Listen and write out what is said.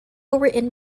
written